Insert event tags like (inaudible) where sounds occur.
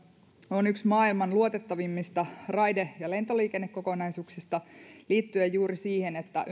on yksi maailman luotettavimmista raide ja lentoliikennekokonaisuuksista liittyen juuri siihen että (unintelligible)